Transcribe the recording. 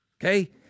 Okay